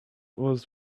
was